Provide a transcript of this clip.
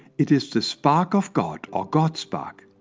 it is the spark of god, or god spark,